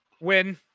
Win